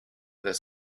this